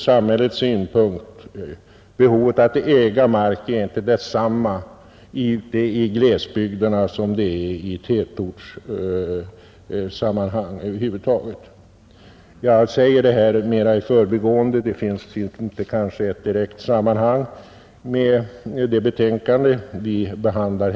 Samhällets behov av att äga mark är inte detsamma i glesbygderna som det är i tätorterna. Jag har sagt detta mer i förbigående. Det finns kanske inte något direkt samband med det betänkande vi nu behandlar.